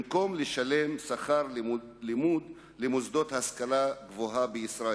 במקום לשלם שכר לימוד למוסדות השכלה גבוהה בישראל.